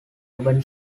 urban